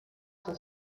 suo